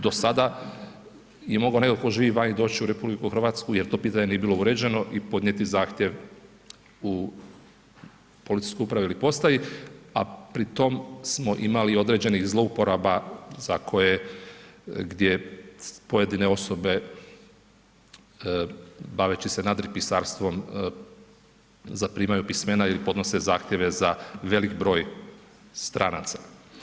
Do sada je mogao netko tko živi vani doći u RH jer to pitanje nije bilo uređeno i podnijeti zahtjev u policijskoj upravi ili postaji, a pri tom smo imali i određenih zlouporaba za koje, gdje pojedine osobe baveći se nadripisarstvom zaprimaju pismena ili podnose zahtjeve za velik broj stranaca.